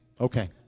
Okay